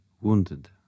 wounded